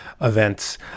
events